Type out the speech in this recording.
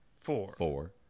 four